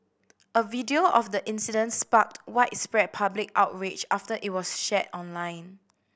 a video of the incident sparked widespread public outrage after it was shared online